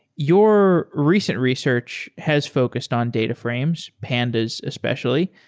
your recent research has focused on data frames, pandas especially.